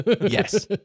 yes